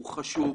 הוא חשוב,